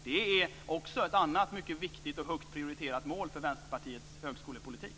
Det är också ett annat mycket viktigt och högt prioriterat mål för Vänsterpartiets högskolepolitik.